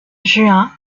juin